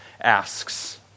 asks